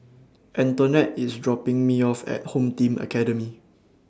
Antonette IS dropping Me off At Home Team Academy